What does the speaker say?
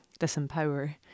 disempower